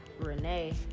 Renee